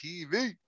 TV